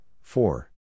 four